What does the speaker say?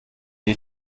die